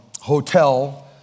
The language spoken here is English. hotel